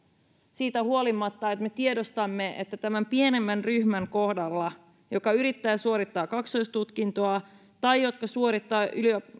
siitä huolimatta että me tiedostamme että tämän pienemmän ryhmän kohdalla joka yrittää suorittaa kaksoistutkintoa tai niiden jotka suorittavat